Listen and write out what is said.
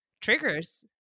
triggers